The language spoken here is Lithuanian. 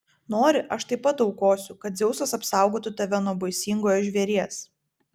nori aš taip pat aukosiu kad dzeusas apsaugotų tave nuo baisingojo žvėries